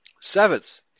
Seventh